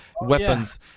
weapons